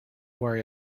worry